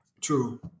True